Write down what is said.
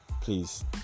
please